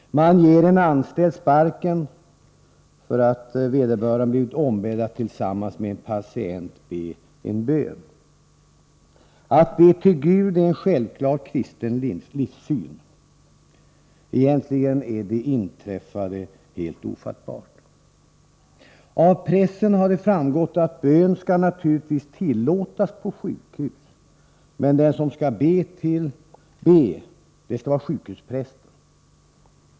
Man ger en anställd sparken för att vederbörande blivit ombedd att tillsammans med en patient be en bön. Att be till Gud är en självklar del av den kristna livssynen. Egentligen är det inträffade helt ofattbart. I pressen har det framgått att bön naturligtvis skall tillåtas på sjukhus, men den som skall be skall vara sjukhusprästen.